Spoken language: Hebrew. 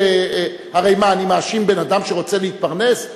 הרי מה אני מאשים בן-אדם שרוצה להתפרנס?